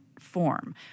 form